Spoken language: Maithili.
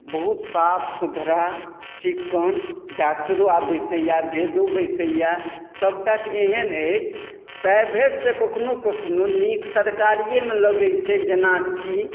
बहुत साफ सुथरा चिक्कन डाक्टरो आब बैसैए वैद्यो बैसैए सभटा चीज एहन अछि प्राइवेटसँ कखनहु कखनहु नीक सरकारिएमे लगैत छै जेनाकि